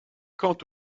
quant